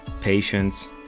patience